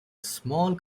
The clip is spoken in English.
small